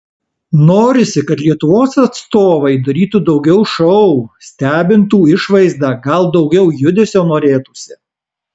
norisi kad lietuvos atstovai darytų daugiau šou stebintų išvaizda gal daugiau judesio norėtųsi